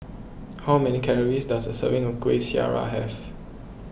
how many calories does a serving of Kueh Syara have